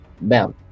bam